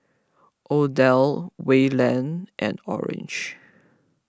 Odell Wayland and Orange